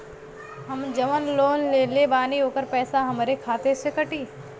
हम जवन लोन लेले बानी होकर पैसा हमरे खाते से कटी?